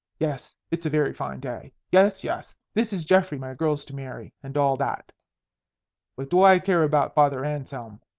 yes, it's a very fine day. yes, yes, this is geoffrey my girl's to marry and all that what do i care about father anselm?